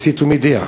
מסית ומדיח.